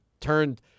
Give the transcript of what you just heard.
turned –